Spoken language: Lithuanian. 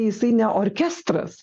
jisai ne orkestras